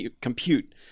compute